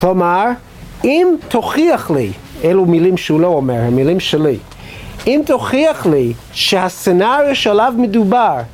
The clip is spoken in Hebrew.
כלומר, אם תוכיח לי, אלו מילים שהוא לא אומר, הם מילים שלי, אם תוכיח לי שה senario שעליו מדובר,